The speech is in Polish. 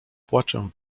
płaczem